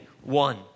one